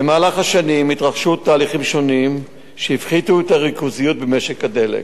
במהלך השנים התרחשו תהליכים שונים שהפחיתו את הריכוזיות במשק הדלק.